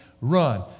run